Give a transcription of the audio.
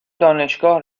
دانشگاه